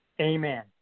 Amen